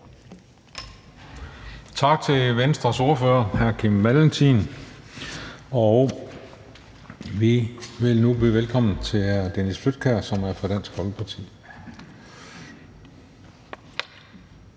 Tak til Venstres ordfører, hr. Kim Valentin. Og vi vil nu byde velkommen til hr. Dennis Flydtkjær, som er fra Dansk Folkeparti.